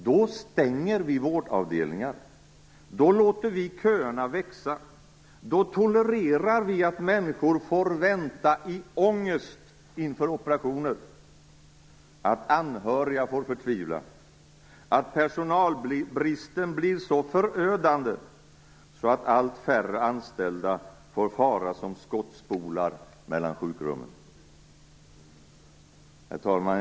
Då stänger vi vårdavdelningar, då låter vi köerna växa, då tolererar vi att människor får vänta i ångest inför operationer, att anhöriga får förtvivla, att personalbristen blir så förödande att allt färre anställda får fara som skottspolar mellan sjukrummen. Herr talman!